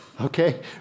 okay